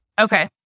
Okay